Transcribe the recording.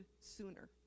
sooner